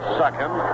second